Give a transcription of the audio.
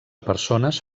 persones